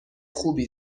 خوبی